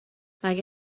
مگه